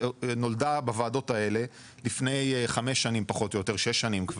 שנולדה בוועדות האלה לפני חמש או שש שנים,